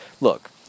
Look